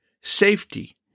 safety